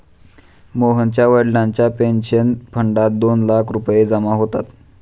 मोहनच्या वडिलांच्या पेन्शन फंडात दोन लाख रुपये जमा होतात